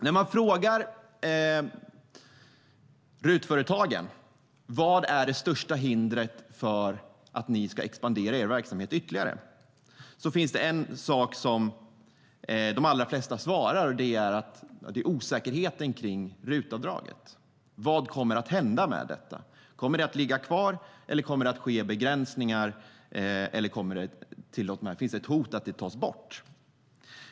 När man frågar RUT-företagen vad det största hindret för att expandera verksamheten ytterligare är finns det en sak de allra flesta svarar, och det är osäkerheten kring RUT-avdraget. Vad kommer att hända med detta? Kommer det att ligga kvar, kommer begränsningar att införas eller finns det till och med ett hot om att det tas bort?